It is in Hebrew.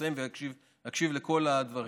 מסיים ואקשיב לכל הדברים.